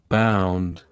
bound